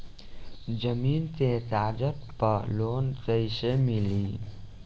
जमीन के कागज पर लोन कइसे मिली?